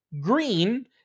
green